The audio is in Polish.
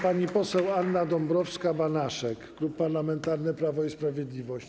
Pani poseł Anna Dąbrowska-Banaszek, Klub Parlamentarny Prawo i Sprawiedliwość.